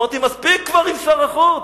אמרתי: מספיק כבר עם שר החוץ,